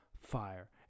fire